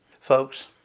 Folks